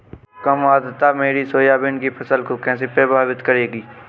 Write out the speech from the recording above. कम आर्द्रता मेरी सोयाबीन की फसल को कैसे प्रभावित करेगी?